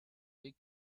big